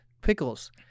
pickles